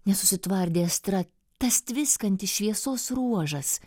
nesusitvardė astra tas tviskantis šviesos ruožas